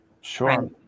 Sure